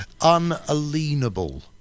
unalienable